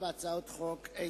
(מינוי